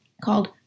called